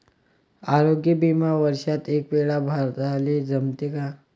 आरोग्य बिमा वर्षात एकवेळा भराले जमते का?